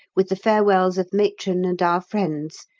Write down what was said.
with the farewells of matron and our friends,